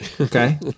Okay